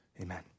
Amen